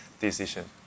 decision